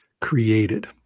created